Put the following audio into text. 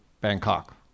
Bangkok